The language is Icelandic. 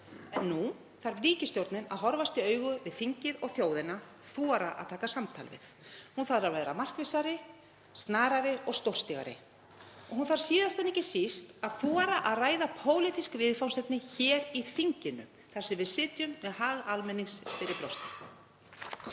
En nú þarf ríkisstjórnin að horfast í augu við þingið og þjóðina, þora að taka samtalið. Hún þarf að vera markvissari, snarari og stórstígari. Og hún þarf síðast en ekki síst að þora að ræða pólitísk viðfangsefni hér í þinginu þar sem við sitjum með hag almennings fyrir brjósti.